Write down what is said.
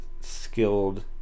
skilled